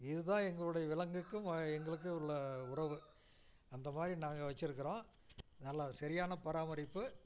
இது தான் எங்களுடைய விலங்குக்கும் மா எங்களுக்கும் உள்ள உறவு அந்த மாதிரி நாங்கள் வெச்சிருக்கிறோம் நல்லா சரியான பராமரிப்பு